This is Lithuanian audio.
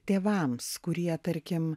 tėvams kurie tarkim